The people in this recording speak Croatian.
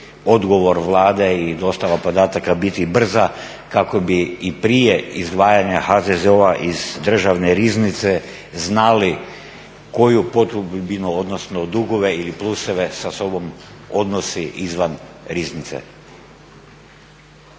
odgovor Vlade i dostava podataka biti brza kako bi i prije izdvajanja HZZO-a iz Državne riznice znali koju potrebu odnosno dugove ili pluseve sa sobom odnosi izvan riznice.